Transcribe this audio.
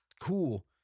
cool